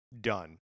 Done